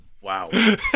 Wow